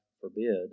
forbid